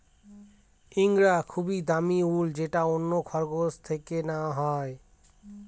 ইঙ্গরা এক খুবই দামি উল যেটা অন্য খরগোশ থেকে নেওয়া হয়